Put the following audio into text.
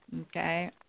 okay